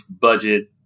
budget